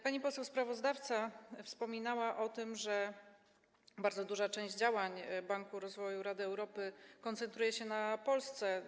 Pani poseł sprawozdawca wspominała o tym, że bardzo duża część działań Banku Rozwoju Rady Europy koncentruje się na Polsce.